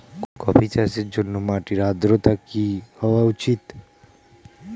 Coffee চাষের জন্য মাটির আর্দ্রতা কি হওয়া উচিৎ?